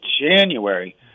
January